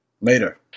Later